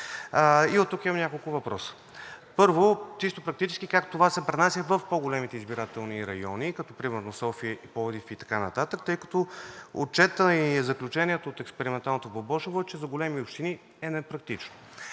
оттук имам няколко въпроса. Първо, чисто практически как това се пренася в по-големите избирателни райони, като примерно София, Пловдив и така нататък? Тъй като отчетът и заключението от експерименталното в Бобошево е, че за големи общини е непрактично.